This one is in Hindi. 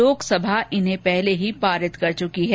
लोकसभा इन्हें पहले ही पारित कर चुकी है